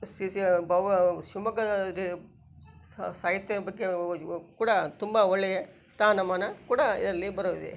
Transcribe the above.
ಸಿರ್ಸಿಯ ಬೌ ಶಿವಮೊಗ್ಗ ದ್ ಸ ಸಾಹಿತ್ಯ ಬಗ್ಗೆ ಕೂಡ ತುಂಬ ಒಳ್ಳೆಯ ಸ್ಥಾನಮಾನ ಕೂಡ ಇದರಲ್ಲಿ ಬರೋದಿದೆ